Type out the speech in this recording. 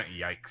yikes